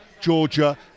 Georgia